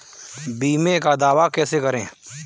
बीमे का दावा कैसे करें?